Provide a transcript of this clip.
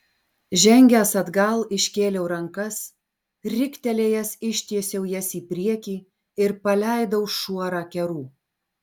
žengęs atgal iškėliau rankas riktelėjęs ištiesiau jas į priekį ir paleidau šuorą kerų